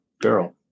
girl